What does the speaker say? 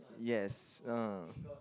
yes uh